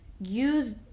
use